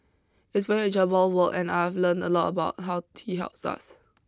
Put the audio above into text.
it's very enjoyable work and I've learnt a lot about how tea helps us